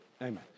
amen